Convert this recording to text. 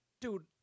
Dude